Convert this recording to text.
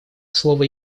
слово